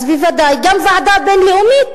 אז בוודאי גם ועדה בין-לאומית